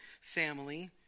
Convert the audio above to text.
family